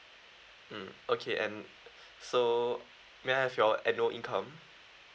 mm okay and so may I have your annual income